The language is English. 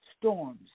storms